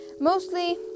mostly